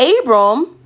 Abram